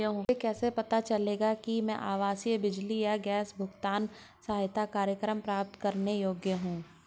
मुझे कैसे पता चलेगा कि मैं आवासीय बिजली या गैस भुगतान सहायता कार्यक्रम प्राप्त करने के योग्य हूँ?